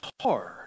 hard